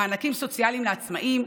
מענקים סוציאליים לעצמאים,